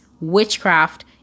witchcraft